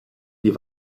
die